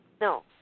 No